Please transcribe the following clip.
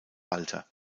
walter